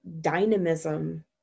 dynamism